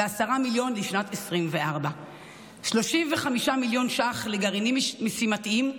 ו-10 מיליון לשנת 2024. 35 מיליון ש"ח לגרעינים משימתיים,